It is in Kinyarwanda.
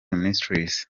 ministries